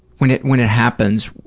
when it when it happens,